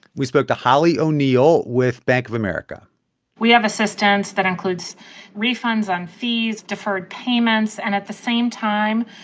we spoke to holly o'neill with bank of america we have assistance that includes refunds on fees, deferred payments and, at the same time,